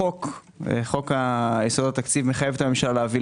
חוק יסודות התקציב מחייב את הממשלה להביא